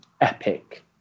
epic